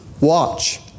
watch